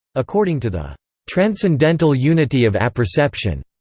according to the transcendental unity of apperception,